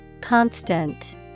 Constant